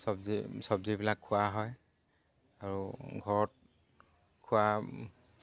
চবজি চবজিবিলাক খোৱা হয় আৰু ঘৰত খোৱা